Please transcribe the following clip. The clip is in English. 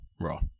Raw